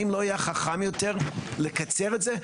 האם לא היה חכם יותר לקצר את זה?